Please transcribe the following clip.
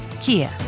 Kia